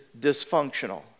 dysfunctional